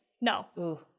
No